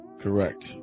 Correct